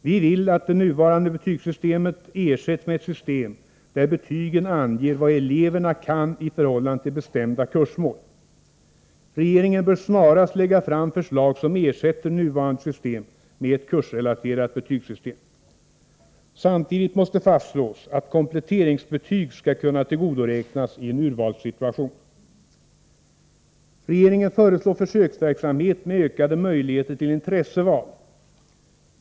Vi vill att det nuvarande betygssystemet skall ersättas av ett system, där betygen anger vad eleverna kan i förhållande till bestämda kursmål. Regeringen bör snarast lägga fram förslag som ersätter nuvarande system med ett kursrelaterat betygssystem. Samtidigt måste fastslås att kompletteringsbetyg skall kunna tillgodoräknas i en urvalssituation. Regeringen föreslår försöksverksamhet med ökade möjligheter till intresseval.